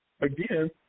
again